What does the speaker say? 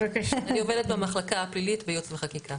אני עובדת במחלקה הפלילית בייעוץ וחקיקה.